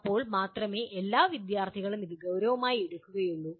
അപ്പോൾ മാത്രമേ എല്ലാ വിദ്യാർത്ഥികളും ഇത് ഗൌരവമായി എടുക്കുകയുള്ളൂ